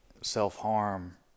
self-harm